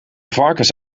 varkens